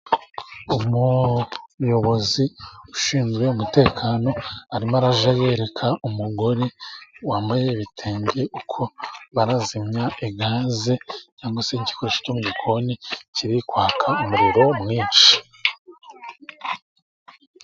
Umuyobozi ushinzwe umutekano, arimo arajya yereka umugore wambaye ibitenge, uko barazimya gaze, cyangwa se igikoresho cyo mu gikoni, kiri kwaka umuriro mwinshi.